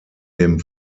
dem